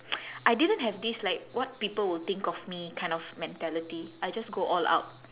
I didn't have this like what people will think of me kind of mentality I just go all out